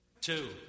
two